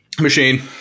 Machine